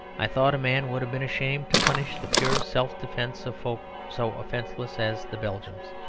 i thought a man would have been ashamed to punish the pure self-defence of folk so offenceless as the belgians.